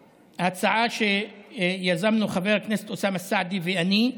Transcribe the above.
הצעה שיזמנו חבר הכנסת אוסאמה סעדי ואני,